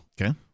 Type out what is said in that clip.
okay